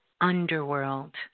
underworld